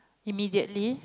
immediately